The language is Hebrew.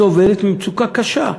סובלת ממצוקה קשה.